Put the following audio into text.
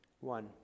One